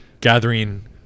gathering